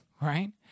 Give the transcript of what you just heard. right